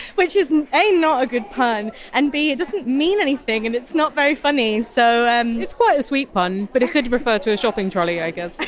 which is a. not a good pun and b. it doesn't mean anything anything and it's not very funny so um it's quite a sweet pun, but it could refer to a shopping trolley, i guess.